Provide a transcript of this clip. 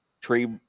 tree